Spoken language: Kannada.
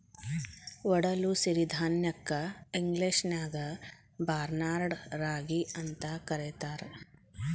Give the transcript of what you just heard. ಒಡಲು ಸಿರಿಧಾನ್ಯಕ್ಕ ಇಂಗ್ಲೇಷನ್ಯಾಗ ಬಾರ್ನ್ಯಾರ್ಡ್ ರಾಗಿ ಅಂತ ಕರೇತಾರ